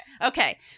okay